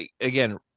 again